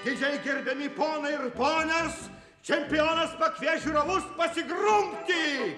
didžiai gerbiami ponai ir ponios čempionas pakvies žiūrovus pasigrumti